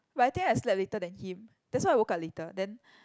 but I think I slept later than him that's why I woke up later then